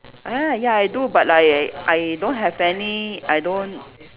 ah ya I do but like I I don't have any I don't